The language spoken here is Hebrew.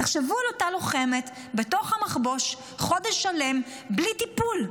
תחשבו על אותה לוחמת בתוך המחבוש חודש שלם בלי טיפול.